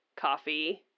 Coffee